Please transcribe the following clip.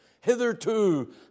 hitherto